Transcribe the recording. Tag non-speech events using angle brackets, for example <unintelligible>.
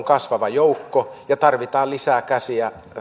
<unintelligible> kasvava joukko ja tarvitaan lisää käsiä